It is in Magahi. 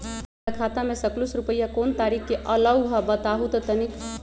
हमर खाता में सकलू से रूपया कोन तारीक के अलऊह बताहु त तनिक?